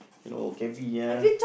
you know cabby ah